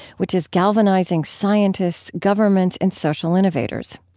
which is galvanizing scientists, governments, and social innovators.